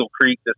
Creek